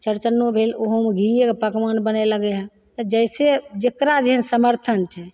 चौड़चनो भेल ओहोमे घीयेके पकवान बनय लगय हइ तऽ जैसे जेकरा जेहन सामर्थ्य छै